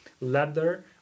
leather